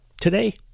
today